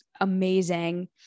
amazing